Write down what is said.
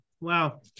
Wow